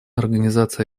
организация